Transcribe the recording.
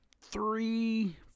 three